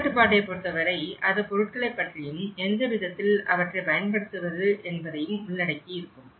தரக்கட்டுப்பாட்டை பொருத்தவரை அது பொருட்களைப் பற்றியும் எந்த விதத்தில் அவற்றை பயன்படுத்துவது என்பதையும் உள்ளடக்கியிருக்கும்